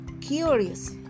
curious